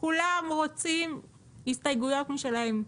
לכולם יש הסתייגויות משלכם.